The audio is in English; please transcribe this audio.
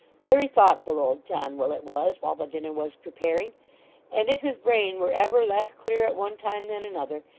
very thoughtful old john willet was, while the dinner was preparing and if his brain were ever less clear at one time than another,